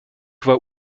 war